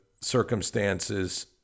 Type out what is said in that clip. circumstances